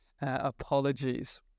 apologies